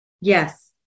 yes